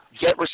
get